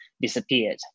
disappeared